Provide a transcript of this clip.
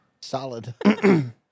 Solid